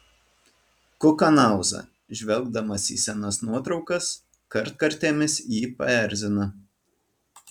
kukanauza žvelgdamas į senas nuotraukas kartkartėmis jį paerzina